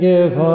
Give